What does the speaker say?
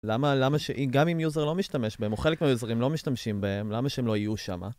למה למה, גם אם יוזר לא משתמש בהם, או חלק מהיוזרים לא משתמשים בהם, למה שהם לא היו שמה?